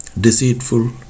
deceitful